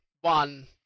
one